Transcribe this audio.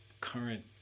current